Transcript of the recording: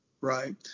Right